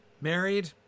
married